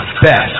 Best